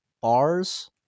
bars